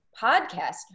podcast